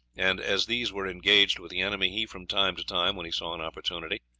and as these were engaged with the enemy he from time to time, when he saw an opportunity,